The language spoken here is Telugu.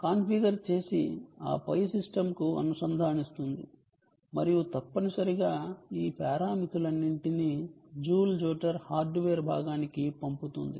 కాన్ఫిగర్ చేసి ఆపై సిస్టమ్కు అనుసంధానిస్తుంది మరియు తప్పనిసరిగా ఈ పారామితులన్నింటినీ జూల్ జోటర్ హార్డ్వేర్ భాగానికి పంపుతుంది